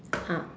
!huh!